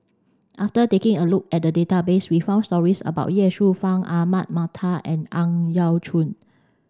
after taking a look at the database we found stories about Ye Shufang Ahmad Mattar and Ang Yau Choon